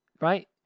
right